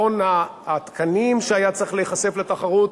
מכון התקנים שהיה צריך להיחשף לתחרות,